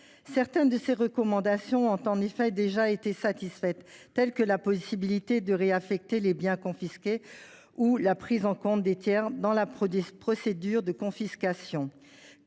Certaines de ces recommandations ont en effet déjà été satisfaites, telles que la possibilité de réaffecter les biens confisqués ou la prise en compte des tiers dans la procédure de confiscation.